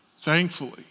Thankfully